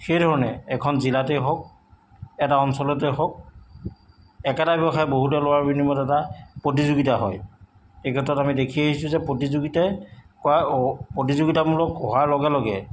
সেইধৰণে এখন জিলাতে হওক এটা অঞ্চলতে হওক একেটা ব্যৱসায় বহুতে লোৱাৰ বিনিময়ত এটা প্ৰতিযোগিতা হয় এই ক্ষেত্ৰত আমি দেখি আহিছো যে প্ৰতিযোগিতাই ক প্ৰতিযোগিতামূলক হোৱাৰ লগে লগে